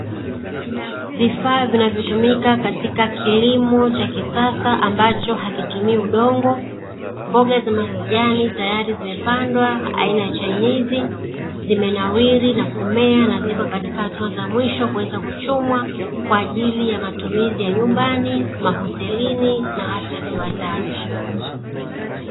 Vifaa vinavyotumika katika kilimo cha kisasa ambacho hakitumii udongo, mboga za majani tayari zimepandwa aina ya chainizi, zimenawili na kumea na ziko katika hatua ya mwisho kuweza kuchumwa kwa ajili ya matumizi ya nyumbani, mahotelini na hata viwandani.